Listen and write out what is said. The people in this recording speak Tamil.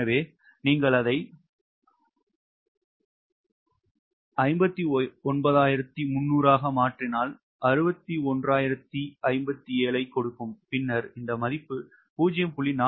எனவே நீங்கள் அதை 59300 ஆக மாற்றினால் 61057 ஐக் கொடுக்கும் பின்னர் இந்த மதிப்பு 0